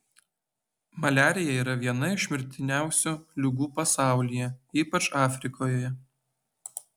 maliarija yra viena iš mirtiniausių ligų pasaulyje ypač afrikoje